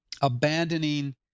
abandoning